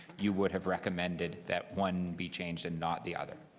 you would have recommended that one be changed and not the other?